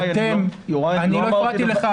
אל תייחס לי דברים שלא אמרתי.